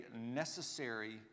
necessary